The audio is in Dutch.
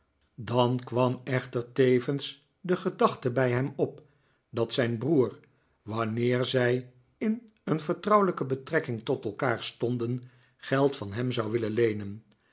dan kwam echter tevens de gedachte bij hem op dat zijn broer wanneer zij in een vertrouwelijker betrekking tot elkaar stonden geld van hem zou willen leenen